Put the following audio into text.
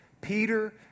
Peter